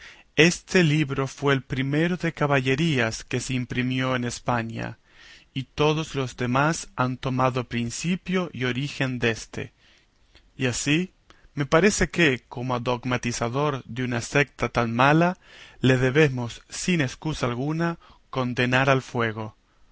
este libro fue el primero de caballerías que se imprimió en españa y todos los demás han tomado principio y origen déste y así me parece que como a dogmatizador de una secta tan mala le debemos sin escusa alguna condenar al fuego